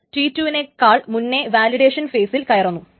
T 1 T 2 വിനേക്കാൾ മുന്നേ validation ഫെയിസിൽ കയറുന്നു